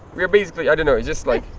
we're basically i don't know it's just like.